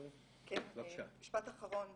משפט אחרון.